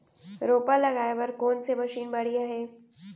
रोपा लगाए बर कोन से मशीन बढ़िया हे?